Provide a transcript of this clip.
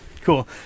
Cool